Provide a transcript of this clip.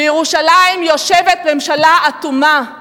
בירושלים יושבת ממשלה אטומה,